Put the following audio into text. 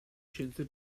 scienze